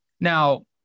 Now